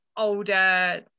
older